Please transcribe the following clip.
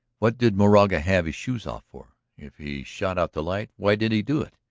what did moraga have his shoes off for? if he shot out the light, why did he do it?